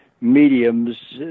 mediums